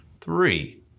three